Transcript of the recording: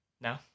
No